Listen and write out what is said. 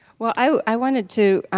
well i wanted to